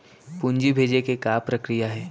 पूंजी भेजे के का प्रक्रिया हे?